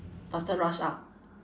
faster rush out